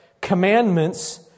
commandments